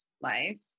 life